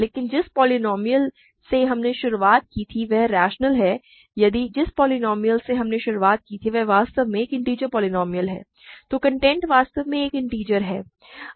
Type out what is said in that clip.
लेकिन जिस पोलीनोमिअल से हमने शुरुआत की थी वह रैशनल है यदि जिस पोलीनोमिअल से हमने शुरुआत की थी वह वास्तव में इन्टिजर पोलीनोमिअल है तो कंटेंट वास्तव में एक इन्टिजर है